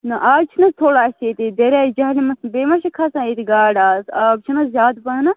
نہ آز چھِنہ تھوڑا اسہِ ییٚتہِ دریایہِ جہلمَس بیٚیہِ ما چھِ کھسان ییٚتہِ گاڑٕ آز آب چھُنہ زیادٕ پہنَتھ